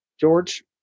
George